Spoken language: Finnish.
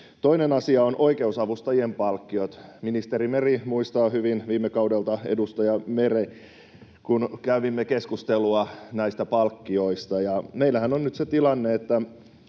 Toinen asia on oikeusavustajien palkkiot. Ministeri Meri muistaa hyvin viime kaudelta — edustaja Merenä — kun kävimme keskustelua näistä palkkioista. Meillähän on nyt se tilanne, että